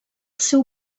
seu